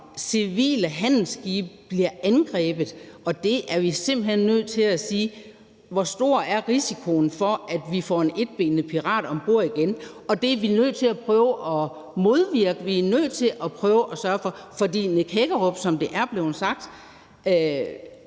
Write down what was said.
Civile handelsskibe bliver angrebet, og der er vi simpelt hen nødt til at sige: Hvor stor er risikoen for, at vi får en etbenet pirat om bord igen? Det er vi nødt til at prøve at modvirke, for Nick Hækkerup, som det er blevet sagt,